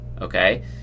okay